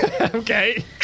Okay